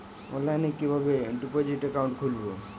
অনলাইনে কিভাবে deposit account খুলবো?